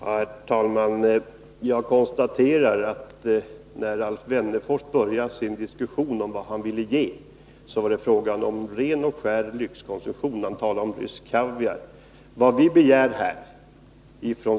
Herr talman! Jag konstaterar, att när Alf Wennerfors började sin diskussion om vad han ville ge, var det fråga om ren och skär lyxkonsumtion — man talar om rysk kaviar.